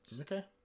okay